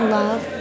love